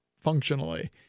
functionally